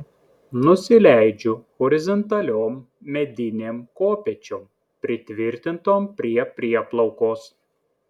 nusileidžiu horizontaliom medinėm kopėčiom pritvirtintom prie prieplaukos